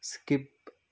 skip